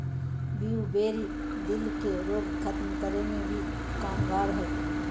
blueberry, दिल के रोग खत्म करे मे भी कामगार हय